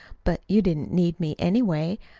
but you didn't need me, anyway.